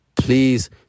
please